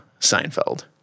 Seinfeld